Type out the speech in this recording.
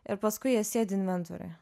ir paskui jie sėdi inventoriuje